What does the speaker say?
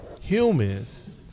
humans